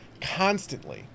constantly